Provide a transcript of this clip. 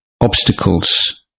obstacles